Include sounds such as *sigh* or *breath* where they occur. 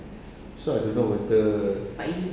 *breath* so I don't know better